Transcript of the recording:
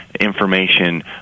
Information